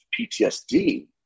PTSD